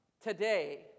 today